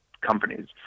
companies